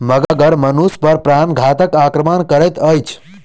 मगर मनुष पर प्राणघातक आक्रमण करैत अछि